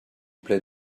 play